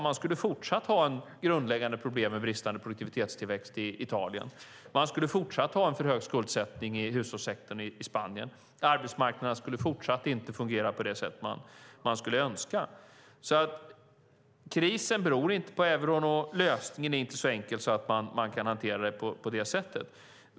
Man skulle fortsatt ha grundläggande problem med bristande produktivitetstillväxt i Italien, och man skulle fortsatt ha en för hög skuldsättning i hushållssektorn i Spanien. Arbetsmarknaden skulle fortsatt inte fungera på det sätt man skulle önska. Krisen beror alltså inte på euron, och lösningen är inte så enkel att man kan hantera det på detta sätt.